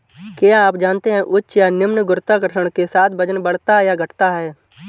क्या आप जानते है उच्च या निम्न गुरुत्वाकर्षण के साथ वजन बढ़ता या घटता है?